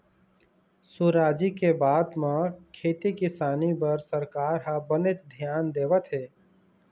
सुराजी के बाद म खेती किसानी बर सरकार ह बनेच धियान देवत हे